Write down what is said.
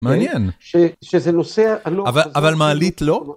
מעניין, שזה נושא... -אבל מעלית לא.